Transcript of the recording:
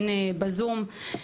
הן בזום.